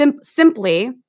simply